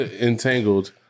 entangled-